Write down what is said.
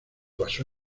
basó